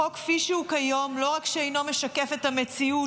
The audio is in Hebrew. החוק כפי שהוא היום לא רק שאינו משקף את המציאות